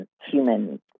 human